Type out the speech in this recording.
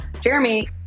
Jeremy